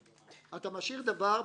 אתה משאיר דבר-